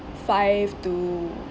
five to